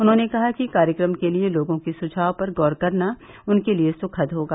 उन्होंने कहा कि कार्यक्रम के लिए लोगों के सुझाव पर गौर करना उनके लिए सुखद होगा